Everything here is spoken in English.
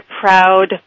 proud